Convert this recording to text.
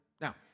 Now